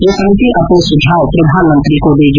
यह समिति अपने सुझाव प्रधानमंत्री को देगी